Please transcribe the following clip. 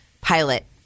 pilot